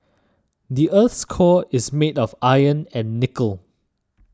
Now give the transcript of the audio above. the earth's core is made of iron and nickel